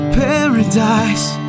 paradise